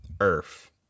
earth